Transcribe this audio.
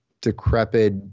decrepit